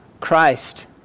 Christ